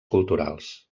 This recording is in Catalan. culturals